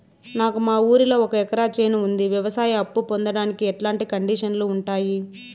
నాకు మా ఊరిలో ఒక ఎకరా చేను ఉంది, వ్యవసాయ అప్ఫు పొందడానికి ఎట్లాంటి కండిషన్లు ఉంటాయి?